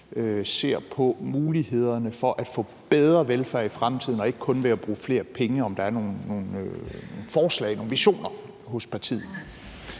ser på mulighederne for at få en bedre velfærd i fremtiden, så det ikke kun er ved at bruge flere penge, og om der er nogle forslag, nogle visioner hos partiet.